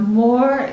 more